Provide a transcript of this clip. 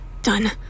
done